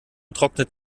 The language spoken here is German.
trocknet